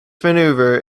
maneuver